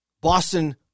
Boston